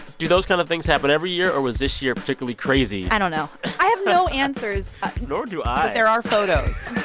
do those kind of things happen every year? or was this year particularly crazy? i don't know. i have no answers nor do i but there are photos